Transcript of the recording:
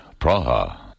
Praha